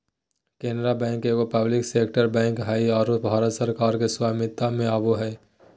Canara bank एगो public sector bank हइ आरो भारत सरकार के स्वामित्व में आवो हइ